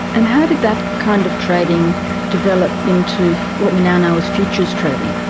and how did that kind of trading develop into what we now know as futures trading?